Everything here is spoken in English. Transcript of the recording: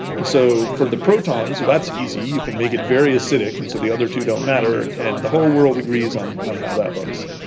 and so for the protons, that's easy, you can make it very acidic and so the other two don't matter and the whole world agrees on on how that looks.